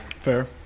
Fair